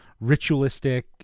ritualistic